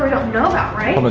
don't know about right? om and